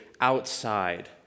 outside